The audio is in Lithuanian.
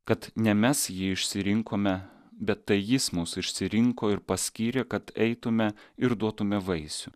kad ne mes jį išsirinkome bet tai jis mus išsirinko ir paskyrė kad eitume ir duotume vaisių